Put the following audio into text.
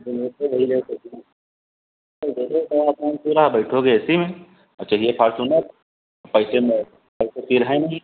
पूरा बैठोगे A C में और चाहिए फारचूनर पैसे में पैसे तेल है नहीं